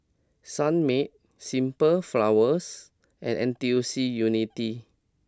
Sunmaid Simple Flowers and N T U C Unity